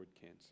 cancer